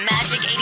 Magic